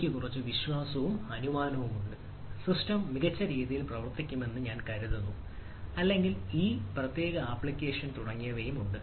എനിക്ക് കുറച്ച് വിശ്വാസവും അനുമാനവുമുണ്ട് സിസ്റ്റം മികച്ച രീതിയിൽ പ്രവർത്തിക്കുമെന്ന് ഞാൻ കരുതുന്നു അല്ലെങ്കിൽ ഈ പ്രത്യേക ആപ്ലിക്കേഷൻ തുടങ്ങിയവയും മറ്റും ഉണ്ട്